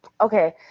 okay